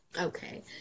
okay